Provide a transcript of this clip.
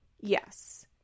Yes